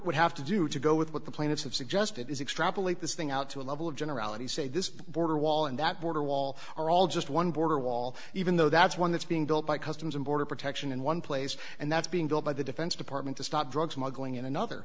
would have to do to go with what the plaintiffs have suggested is extrapolate this thing out to a level of generality say this border wall and that border wall are all just one border wall even though that's one that's being built by customs and border protection in one place and that's being built by the defense department to stop drug smuggling in another